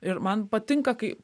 ir man patinka kai